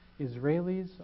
Israelis